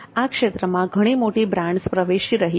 આ ક્ષેત્રમાં ઘણી મોટી બ્રાન્ડ્સ પ્રવેશી રહી છે